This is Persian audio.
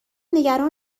نگران